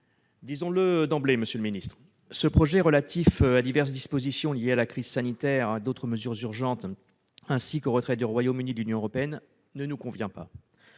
disons-le d'emblée, ce projet de loi relatif à diverses dispositions liées à la crise sanitaire, à d'autres mesures urgentes ainsi qu'au retrait du Royaume-Uni de l'Union européenne ne nous convient pas.